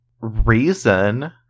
reason